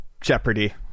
Jeopardy